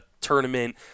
tournament